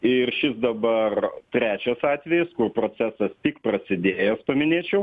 ir šis dabar trečias atvejis kur procesas tik prasidėjęs paminėčiau